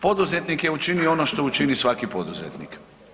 Poduzetnik je učinio ono što učini svaki poduzetnik.